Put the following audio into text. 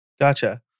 Gotcha